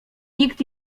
nikt